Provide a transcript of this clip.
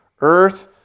earth